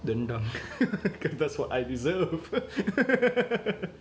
rendang because that's what I deserve